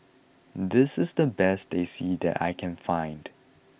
this is the best Teh C that I can find